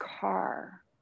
car